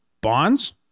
bonds